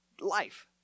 life